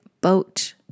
boat